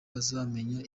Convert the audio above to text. bazamenya